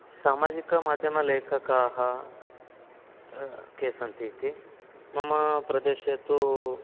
सामाजिकमाध्यमलेखकाः के सन्तीति मम प्रदेशे तु